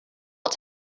not